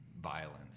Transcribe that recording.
violence